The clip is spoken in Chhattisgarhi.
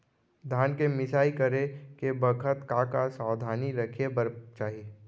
धान के मिसाई करे के बखत का का सावधानी रखें बर चाही?